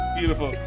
beautiful